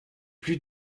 plus